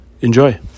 Enjoy